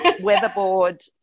weatherboard